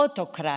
אוטוקרטית,